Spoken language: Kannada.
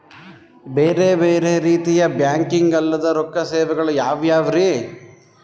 ಬೇರೆ ಬೇರೆ ರೀತಿಯ ಬ್ಯಾಂಕಿಂಗ್ ಅಲ್ಲದ ರೊಕ್ಕ ಸೇವೆಗಳು ಯಾವ್ಯಾವ್ರಿ?